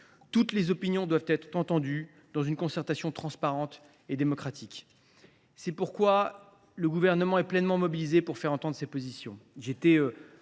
Toutes les opinions doivent être entendues, dans le cadre d’une concertation transparente et démocratique. C’est pourquoi le Gouvernement est pleinement mobilisé pour faire entendre ses positions.